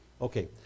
Okay